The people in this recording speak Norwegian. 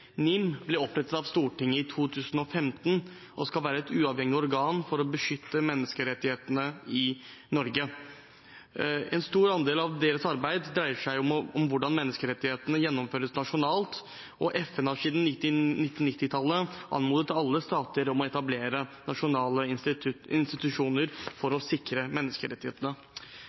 NIM, ble opprettet av Stortinget i 2015, og skal være et uavhengig organ for å beskytte menneskerettighetene i Norge. En stor andel av deres arbeid dreier seg om hvordan menneskerettighetene gjennomføres nasjonalt. FN har siden 1990-tallet anmodet alle stater om å etablere nasjonale institusjoner for å sikre menneskerettighetene.